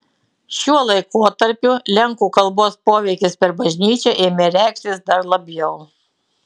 šiuo laikotarpiu lenkų kalbos poveikis per bažnyčią ėmė reikštis dar labiau